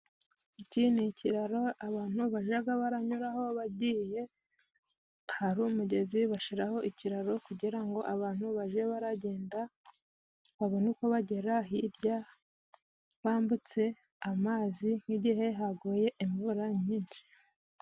Iki ni ikiraro abantu bajaga baranyura ho bagiye ahari umugezi, bashira ho ikiraro kugira ngo abantu bajye baragenda, babone uko bagera hirya bambutse amazi, nk'igihe haguye imvura nyinshi.